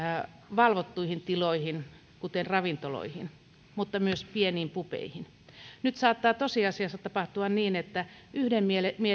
valvottuihin tiloihin kuten ravintoloihin mutta myös pieniin pubeihin nyt saattaa tosiasiassa tapahtua niin että yhden